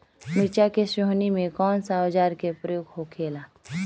मिर्च के सोहनी में कौन सा औजार के प्रयोग होखेला?